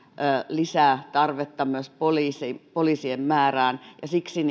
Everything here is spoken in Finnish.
lisää tarvetta myös poliisien määrään ja siksi